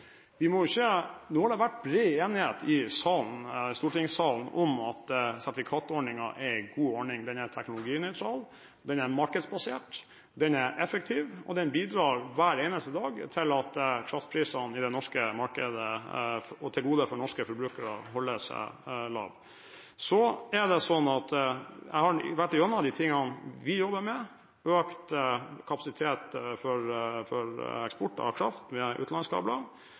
nå har det vært bred enighet i stortingssalen om at sertifikatordningen er en god ordning. Den er teknologinøytral, den er markedsbasert, den er effektiv, og den bidrar hver eneste dag til at kraftprisene i det norske markedet, til gode for norske forbrukere, holder seg lav. Så har jeg gått gjennom de tingene vi jobber med, som økt kapasitet for eksport av kraft via utenlandskabler,